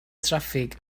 traffig